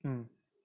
mm